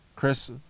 Chris